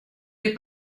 les